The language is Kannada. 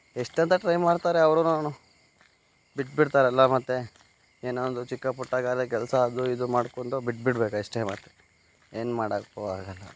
ಎಷ್ಟಂತ ಟ್ರೈ ಮಾಡ್ತಾರೆ ಅವ್ರುನೂ ಬಿಟ್ಟುಬಿಡ್ತಾರೆ ಎಲ್ಲ ಮತ್ತೆ ಏನೋ ಒಂದು ಚಿಕ್ಕ ಪುಟ್ಟ ಗಾರೆ ಕೆಲಸ ಅದು ಇದು ಮಾಡಿಕೊಂಡು ಬಿಟ್ಟು ಬಿಡ್ಬೇಕು ಅಷ್ಟೆ ಮತ್ತೆ ಏನು ಮಾಡಕ್ಕೂ ಆಗಲ್ಲ